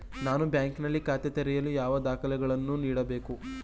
ನಾನು ಬ್ಯಾಂಕ್ ನಲ್ಲಿ ಖಾತೆ ತೆರೆಯಲು ಯಾವ ದಾಖಲೆಗಳನ್ನು ನೀಡಬೇಕು?